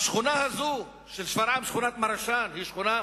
השכונה הזאת של שפרעם, שכונת מרשאן, היא שכונה